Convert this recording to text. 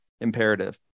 imperative